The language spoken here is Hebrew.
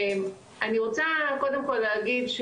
אני רוצה קודם כל להגיד,